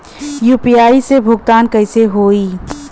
UPI से भुगतान कइसे होहीं?